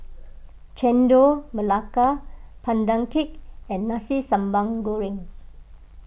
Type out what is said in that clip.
Chendol Melaka Pandan Cake and Nasi Sambal Goreng